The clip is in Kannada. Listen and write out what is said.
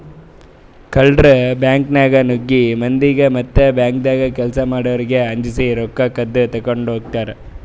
ಕಳ್ಳರ್ ಬ್ಯಾಂಕ್ದಾಗ್ ನುಗ್ಗಿ ಮಂದಿಗ್ ಮತ್ತ್ ಬ್ಯಾಂಕ್ದಾಗ್ ಕೆಲ್ಸ್ ಮಾಡೋರಿಗ್ ಅಂಜಸಿ ರೊಕ್ಕ ಕದ್ದ್ ತಗೊಂಡ್ ಹೋತರ್